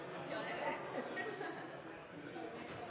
Ja, det